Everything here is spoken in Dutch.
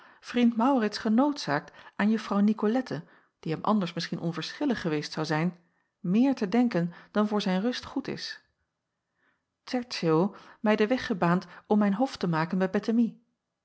vriend maurits genoodzaakt aan juffrouw nicolette die hem anders misschien onverschillig geweest zou zijn meer te denken dan voor zijn rust goed is tertio mij den weg gebaand om mijn hof te maken bij